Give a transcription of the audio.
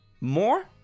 more